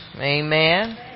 amen